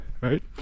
right